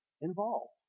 involved